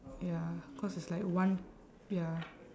ya cause it's like one ya